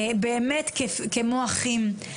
באמת כמו אחים.